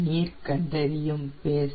நீர் கண்டறியும் பேஸ்ட்